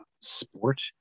sport